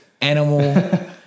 animal